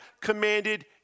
commanded